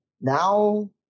Now